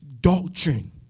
doctrine